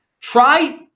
Try